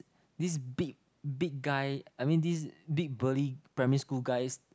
this big big guy I mean this big belly primary school guys